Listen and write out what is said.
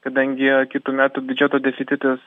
kadangi e kitų metų biudžeto deficitas